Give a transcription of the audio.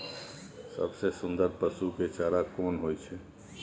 सबसे सुन्दर पसु के चारा कोन होय छै?